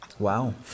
Wow